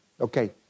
Okay